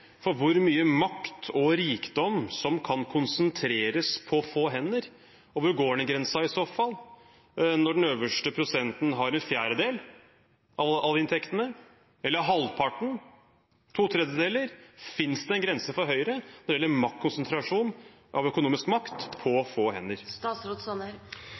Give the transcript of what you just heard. for hvor mye makt og rikdom som kan konsentreres på få hender, og hvor går den grensen i så fall? Når den øverste prosenten har en fjerdedel av alle inntektene, halvparten, eller to tredjedeler – fins det en grense for Høyre når det gjelder konsentrasjon av økonomisk makt